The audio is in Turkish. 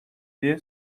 diye